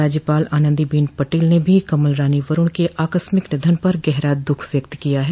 राज्यपाल आनंदीबेन पटेल ने भी कमल रानी वरूण के आकस्मिक निधन पर गहरा दुःख व्यक्त किया है